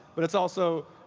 but it's also